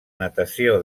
natació